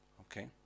Okay